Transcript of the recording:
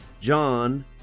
John